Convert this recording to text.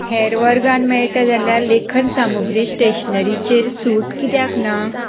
हेर वर्गात मेळटा जाल्यार लेखन सामग्री स्टेशनरी चेर सूट कित्याक ना